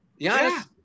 Giannis